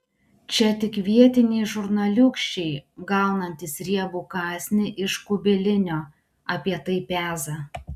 čia tik vietiniai žurnaliūkščiai gaunantys riebų kasnį iš kubilinio apie tai peza